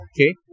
okay